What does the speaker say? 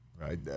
Right